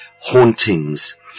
hauntings